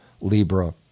Libra